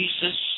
Jesus